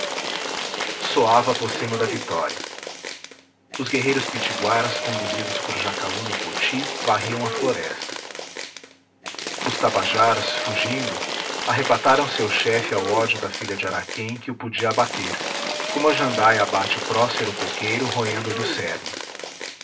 soava a pocema da vitória os guerreiros pitiguaras conduzidos por jacaúna e poti varriam a floresta os tabajaras fugindo arrebataram seu chefe ao ódio da filha de araquém que o podia abater como a jandaia abate o prócero coqueiro roendo lhe o cerne